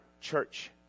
church